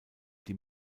die